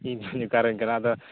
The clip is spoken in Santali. ᱤᱧ ᱫᱩᱧ ᱚᱠᱟᱨᱮᱱ ᱠᱟᱱᱟ ᱟᱫᱚ